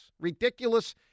Ridiculous